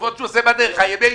ימי האשפוז,